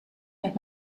met